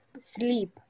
sleep